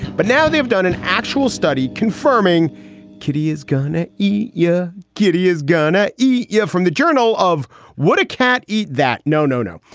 but now they've done an actual study confirming kitty is gonna eat your yeah kitty is gonna eat. yeah. from the journal of what? a cat eat that. no, no, no.